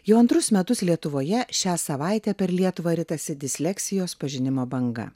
jau antrus metus lietuvoje šią savaitę per lietuvą ritasi disleksijos pažinimo banga